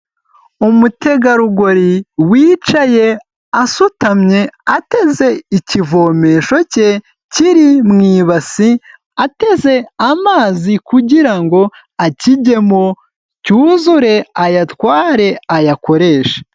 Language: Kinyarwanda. Umutegarugori wicaye, asutamye, ateze ikivomesho cye kiri mu ibasi, ateze amazi kugira ngo akijyemo cyuzure, ayatware ayakoreshe.